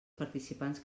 participants